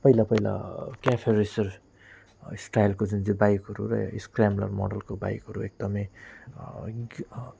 पहिला पहिला cafe racer स्टाइलको जुन चाहिँ बाइकहरू र स्कैम्ब्लर मोडलको बाइकहरू एकदमै